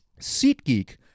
SeatGeek